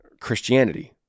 Christianity